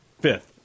Fifth